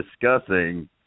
discussing